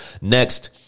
Next